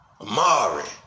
Amari